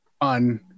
on